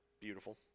Beautiful